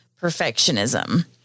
Perfectionism